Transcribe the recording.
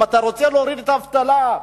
אם אתה רוצה להוריד את האבטלה,